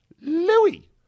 Louis